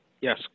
Yes